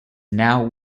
now